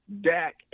Dak